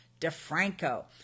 DeFranco